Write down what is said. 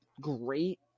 great